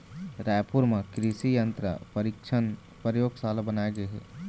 रायपुर म कृसि यंत्र परीक्छन परयोगसाला बनाए गे हे